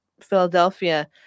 Philadelphia